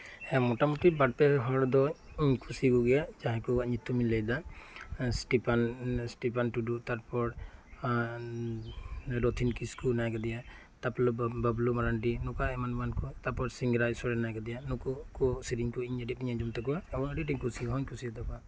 ᱦᱮᱸ ᱢᱚᱴᱟᱢᱚᱴᱤ ᱵᱟᱨᱯᱮ ᱦᱚᱲᱫᱚᱧ ᱠᱩᱥᱤᱭᱟᱠᱩᱢ ᱜᱮᱭᱟ ᱡᱟᱦᱟᱸᱭ ᱠᱚᱣᱟᱜ ᱧᱩᱛᱩᱢ ᱤᱧ ᱞᱟᱹᱭᱮᱫᱟ ᱥᱴᱤᱯᱷᱟᱱ ᱴᱩᱰᱩᱛᱟᱨᱯᱚᱨ ᱨᱚᱛᱷᱤᱱ ᱠᱤᱥᱠᱩ ᱦᱮᱱᱟᱭ ᱟᱠᱟᱫᱤᱭᱟ ᱛᱟᱯᱚᱨ ᱵᱟᱵᱞᱩ ᱢᱟᱨᱟᱱᱰᱤ ᱱᱚᱠᱟ ᱮᱢᱟᱱ ᱮᱢᱟᱱ ᱠᱩ ᱛᱟᱯᱚᱨ ᱥᱤᱝᱨᱟᱭ ᱥᱚᱨᱮᱱ ᱦᱮᱱᱟᱭ ᱟᱠᱟᱫᱮᱭᱟ ᱱᱩᱠᱩ ᱠᱩᱣᱟᱜ ᱥᱤᱨᱤᱧ ᱠᱩ ᱟᱹᱰᱤ ᱟᱴ ᱤᱧ ᱟᱸᱡᱚᱢ ᱛᱟᱠᱩᱣᱟ ᱮᱵᱚᱝ ᱟᱹᱰᱤ ᱟᱴ ᱠᱩᱥᱤ ᱦᱚᱧ ᱠᱩᱥᱤᱭᱟᱛᱟ ᱠᱚᱣᱟ